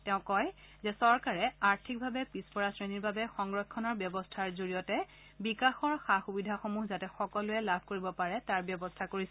তেওঁ কয় যে চৰকাৰে আৰ্থিকভাৱে পিছপৰা শ্ৰেণীৰ বাবে সংৰক্ষণৰ ব্যৱস্থাৰ জৰিয়তে বিকাশৰ সা সুবিধাসমূহ যাতে সকলোৱে লাভ কৰিব পাৰে তাৰ ব্যৱস্থা কৰিছে